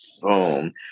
Boom